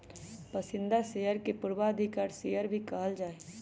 पसंदीदा शेयर के पूर्वाधिकारी शेयर भी कहल जा हई